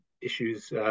issues